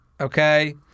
okay